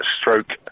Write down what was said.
stroke